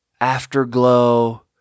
afterglow